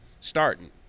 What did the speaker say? starting